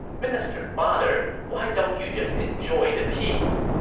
minister father, why don't you just enjoy the peace?